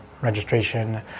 registration